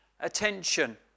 attention